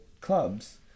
clubs